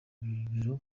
bibero